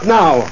now